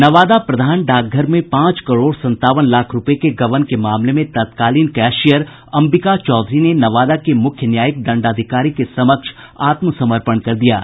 नवादा प्रधान डाकघर में पांच करोड़ संतावन लाख रूपये के गबन के मामले में तत्कालीन कैशियर अंबिका चौधरी ने नवादा के मुख्य न्यायिक दंडाधिकारी के समक्ष आत्मसमर्पण कर दिया है